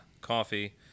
coffee